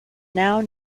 now